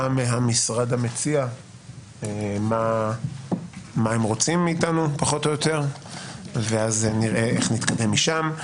מהמשרד המציע מה הם רוצים מאתנו פחות או יותר ואז נראה איך נתקדם משם.